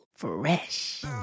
Fresh